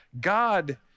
God